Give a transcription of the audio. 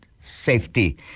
safety